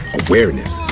awareness